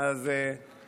של חבר כנסת מחליף.